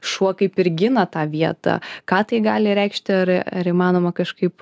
šuo kaip ir gina tą vietą ką tai gali reikšti ar ar įmanoma kažkaip